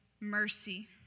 mercy